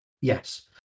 Yes